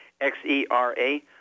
X-E-R-A